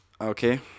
Okay